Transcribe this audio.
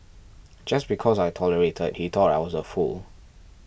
just because I tolerated he thought I was a fool